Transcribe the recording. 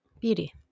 Beauty